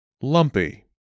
lumpy